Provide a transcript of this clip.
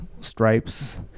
stripes